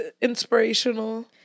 inspirational